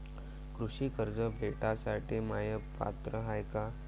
कृषी कर्ज भेटासाठी म्या पात्र हाय का?